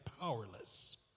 powerless